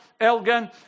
Elgin